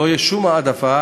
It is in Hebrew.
לא תהיה שום העדפה,